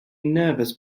nervous